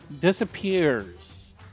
disappears